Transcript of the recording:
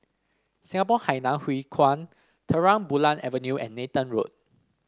Singapore Hainan Hwee Kuan Terang Bulan Avenue and Nathan Road